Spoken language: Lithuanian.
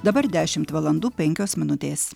dabar dešimt valandų penkios minutės